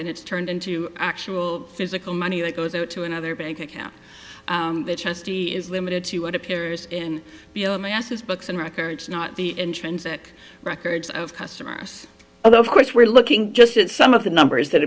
and it's turned into actual physical money it goes out to another bank account trustee is limited to what appears in my ass his books and records not the intrinsic records of customers although of course we're looking just at some of the numbers that